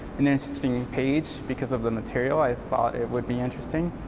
an interesting page because of the material i thought it would be interesting,